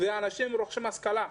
ואנשים רוכשים השכלה,